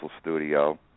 studio